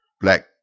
Black